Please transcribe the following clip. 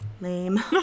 Lame